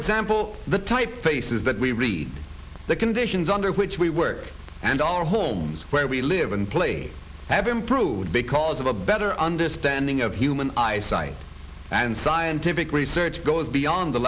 example the typefaces that we read the conditions under which we work and our homes where we live and play have improved because of a better understanding of human eyesight and scientific research goes beyond the